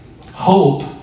Hope